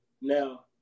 Now